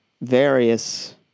Various